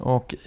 Och